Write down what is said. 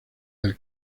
del